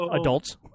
adults